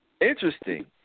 Interesting